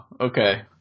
Okay